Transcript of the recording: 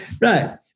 right